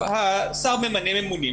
השר ממנה ממונים.